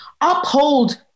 uphold